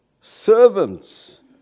servants